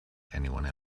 anyone